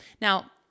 Now